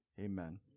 Amen